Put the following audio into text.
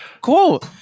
cool